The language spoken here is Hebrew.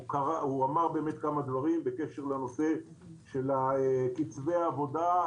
הוא אמר באמת כמה דברים בקשר לנושא של קצבי עבודה,